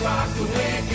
Rockaway